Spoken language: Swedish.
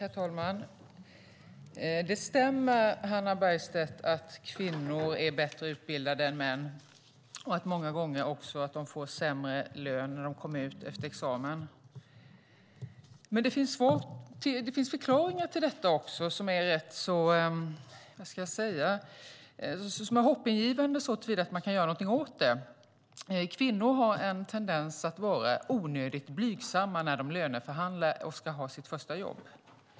Herr talman! Det stämmer, Hannah Bergstedt, att kvinnor är bättre utbildade än män och att de många gånger får sämre lön när de kommer ut efter examen. Men det finns förklaringar till detta som är hoppingivande såtillvida att man kan göra någonting åt det. Kvinnor har en tendens att vara onödigt blygsamma när de löneförhandlar och ska ha sitt första jobb.